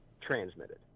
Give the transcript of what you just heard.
transmitted